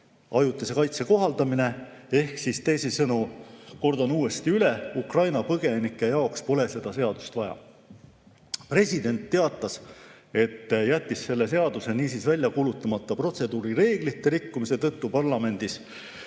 ajutise kaitse kohaldamine. Ehk teisisõnu, kordan uuesti üle, Ukraina põgenike jaoks pole seda seadust vaja. President teatas, et jättis selle seaduse välja kuulutamata protseduurireeglite rikkumise tõttu parlamendis,